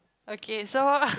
okay so